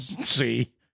See